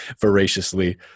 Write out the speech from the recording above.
voraciously